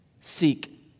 seek